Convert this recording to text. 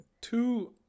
Two